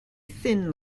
thin